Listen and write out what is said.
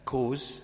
Cause